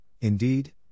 indeed